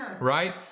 right